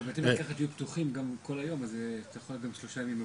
גם בתי מרקחת יהיו פתוחים גם כל היום אז אתה יכול גם שלושה ימים,